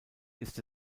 ist